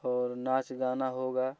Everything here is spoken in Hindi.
और नाच गाना होगा